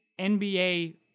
NBA